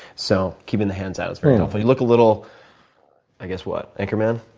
so keeping the hands out is very helpful. you look a little i guess, what, anchorman.